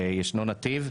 וישנו נתיב,